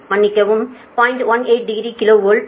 18 degree kilo volt